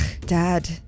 Dad